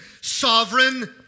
sovereign